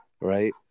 Right